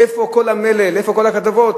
איפה כל המלל, איפה כל הכתבות